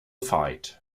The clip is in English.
fight